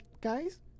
guys